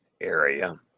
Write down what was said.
area